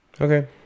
okay